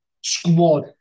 squad